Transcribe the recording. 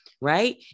Right